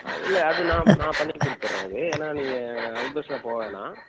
இல்லை அது நான் பண்ணிக்கொடுத்துறேன் அது ஏன்னா நீங்கள் அவுட் பஸ்ஸில் போவேணா